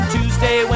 Tuesday